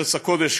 ארץ הקודש,